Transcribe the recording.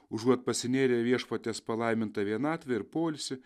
užuot pasinėrę į viešpaties palaimintą vienatvę ir poilsį